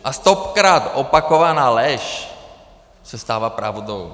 A stokrát opakovaná lež se stává pravdou.